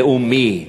לאומי.